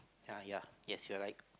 !huh! ya yes you are right